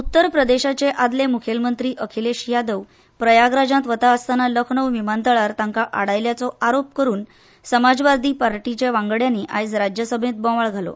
उत्तर प्रदेशाचे आदले मुख्यमंत्री अखिलेश यादव प्रयागराजांत वता आसतना लखनौ विमानतळार तांकां आडायिल्ल्याचो आरोप करून समाजवादी पार्टीच्या वांगड्यांनी आयज राज्यसभेंत बोवाळ घालो